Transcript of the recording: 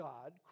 God